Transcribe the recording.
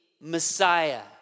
Messiah